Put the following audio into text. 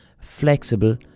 flexible